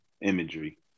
imagery